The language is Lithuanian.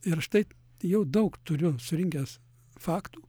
ir štai jau daug turiu surinkęs faktų